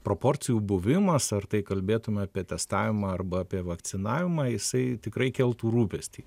proporcijų buvimas ar tai kalbėtume apie testavimą arba apie vakcinavimą jisai tikrai keltų rūpestį